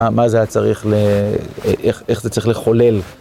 מה זה היה צריך ל... איך זה צריך לחולל.